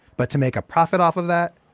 but to make a profit off of that,